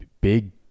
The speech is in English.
big